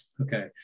Okay